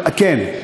כן.